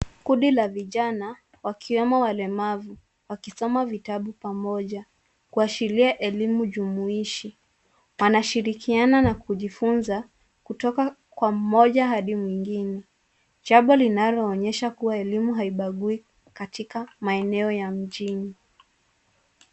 Kundi la vijana, wakiwemo walemavu wakisoma vitabu pamoja kuashiria elimu jumuishi. Wanashirikiana na kujifunza kutoka kwa mmoja hadi mwingine, jambo linaloonyesha kuwa elimu haibagui katika eneo ya mjini.